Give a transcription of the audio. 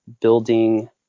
building